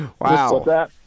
Wow